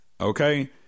okay